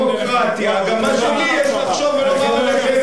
ואתם תשמעו בסבלנות כיאה לדמוקרטיה גם את מה שלי יש לחשוב ולומר עליכם.